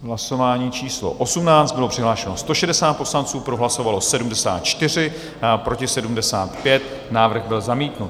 Hlasování číslo 18, bylo přihlášeno 160 poslanců, pro hlasovalo 74, proti 75, návrh byl zamítnut.